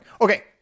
Okay